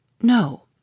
No